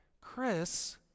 Chris